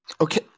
okay